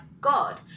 God